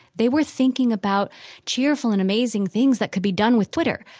they were thinking about cheerful and amazing things that could be done with twitter.